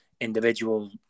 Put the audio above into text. individual